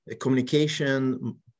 communication